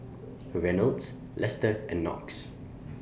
Reynolds Lester and Knox